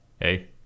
Hey